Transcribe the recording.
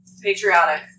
patriotic